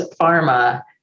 pharma